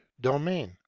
domain